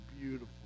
beautiful